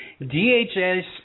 DHS